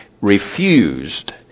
refused